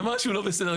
משהו לא בסדר.